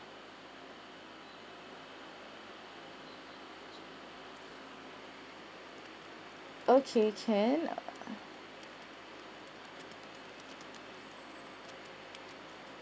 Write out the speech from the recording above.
okay can